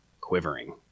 quivering